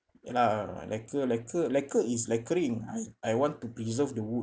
ya lah lacquer lacquer lacquer is lacquering I I want to preserve the wood